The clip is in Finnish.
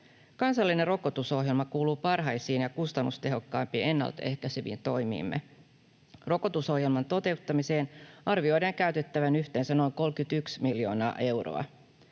Kansallinen rokotusohjelma kuuluu parhaisiin ja kustannustehokkaimpiin ennaltaehkäiseviin toimiimme. Rokotusohjelman toteuttamiseen arvioidaan käytettävän yhteensä noin 31 miljoonaa euroa.